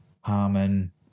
Harmon